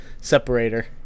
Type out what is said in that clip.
separator